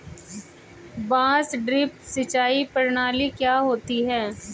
बांस ड्रिप सिंचाई प्रणाली क्या होती है?